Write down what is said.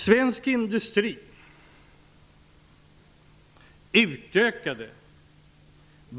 30 000 -- i utlandet.